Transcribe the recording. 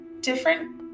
different